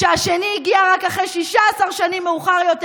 שהשני הגיע רק 16 שנים מאוחר יותר,